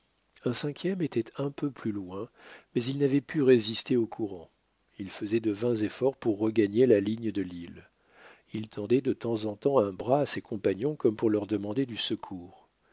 un cinquième était un peu plus loin mais il n'avait pu résister au courant il faisait de vains efforts pour regagner la ligne de l'île il tendait de temps en temps un bras à ses compagnons comme pour leur demander du secours